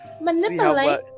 Manipulate